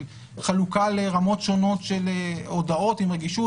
של חלוקה לרמות שונות של הודעות עם רגישות